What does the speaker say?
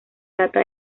data